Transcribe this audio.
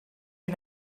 you